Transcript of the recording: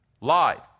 Lied